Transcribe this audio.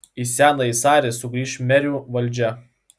į senąjį sarį sugrįš merių valdžia